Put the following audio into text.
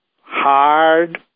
Hard